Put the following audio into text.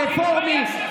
ברפורמי,